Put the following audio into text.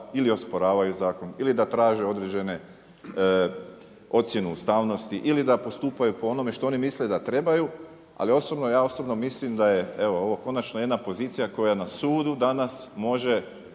ili osporavaju zakon ili da traže određene ocjenu ustavnosti ili da postupaju po onome što one misle da trebaju, ali osobno, ja osobno mislim da je ovo konačno jedna pozicija koja na sudu danas može